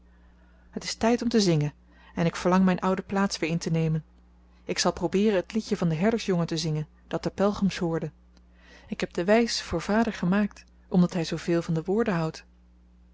het is tijd om te zingen en ik verlang mijn oude plaats weer in te nemen ik zal probeeren het liedje van den herdersjongen te zingen dat de pelgrims hoorden ik heb de wijs voor vader gemaakt omdat hij zooveel van de woorden houdt